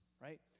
right